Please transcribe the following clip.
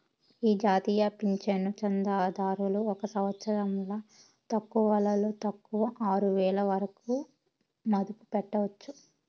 ఈ జాతీయ పింఛను చందాదారులు ఒక సంవత్సరంల తక్కువలో తక్కువ ఆరువేల వరకు మదుపు పెట్టొచ్చు